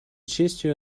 честью